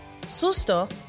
Susto